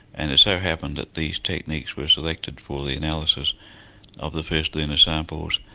and it so happened that these techniques were selected for the analysis of the first lunar samples.